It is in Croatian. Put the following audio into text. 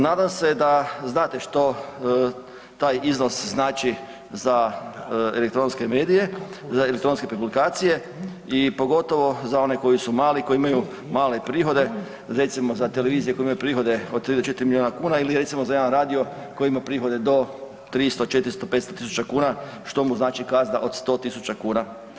Nadam se da znate što taj iznos znači za elektronske medije, za elektronske publikacije i pogotovo za one koji su mali koji imaju male prihode, recimo za televizije koje imaju prihode od 3 do 4 milijuna kuna ili recimo za jedan radio koji ima prihode do 300, 400, 500 tisu kuna što mu znači kazna od 100 tisuća kuna.